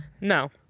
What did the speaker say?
No